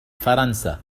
فرنسا